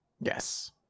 Yes